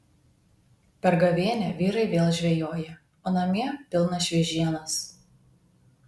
per gavėnią vyrai vėl žvejoja o namie pilna šviežienos